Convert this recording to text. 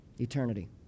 eternity